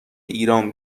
ایران